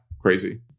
crazy